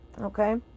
Okay